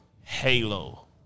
Halo